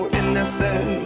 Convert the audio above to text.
innocent